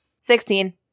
Sixteen